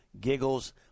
giggles